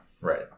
Right